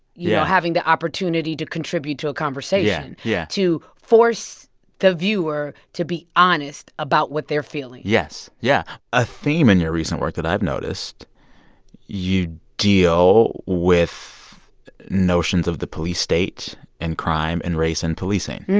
you know, having the opportunity to contribute to a conversation. yeah, yeah. to force the viewer to be honest about what they're feeling yes, yeah. a theme in your recent work that i've noticed you deal with notions of the police state and crime and race and policing.